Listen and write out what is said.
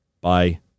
Bye